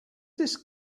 this